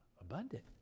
abundant